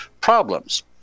problems